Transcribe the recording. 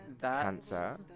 cancer